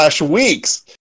weeks